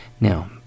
Now